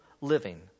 living